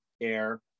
air